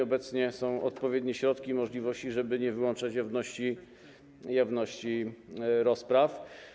Obecnie są odpowiednie środki i możliwości, żeby nie wyłączać jawności rozpraw.